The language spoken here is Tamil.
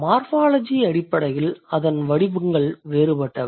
மார்ஃபாலஜி அடிப்படையில் அதன் வடிவங்கள் வேறுபட்டவை